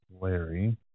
Larry